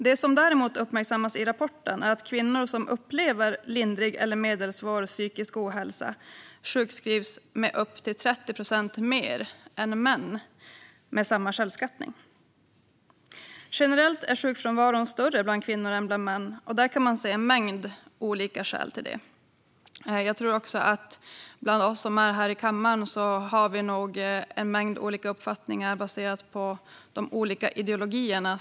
Det som däremot uppmärksammas i rapporten är att kvinnor som upplever lindrig eller medelsvår psykisk ohälsa sjukskrivs upp till 30 procent mer än män med samma självskattning. Generellt är sjukfrånvaron större bland kvinnor än bland män, och man kan se en mängd olika skäl till det. Bland oss här i kammaren finns nog en mängd olika uppfattningar baserat på våra olika ideologier.